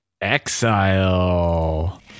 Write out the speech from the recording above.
Exile